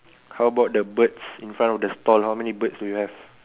how about the birds in front of the stall how many birds do you have